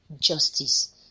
justice